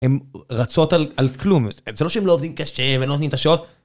הם רצות על כלום, זה לא שהם לא עובדים קשה ולא עובדים את השעות...